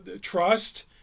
trust